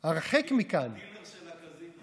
היא אמרה: זה לא מדבר אליי, מדיר אותי.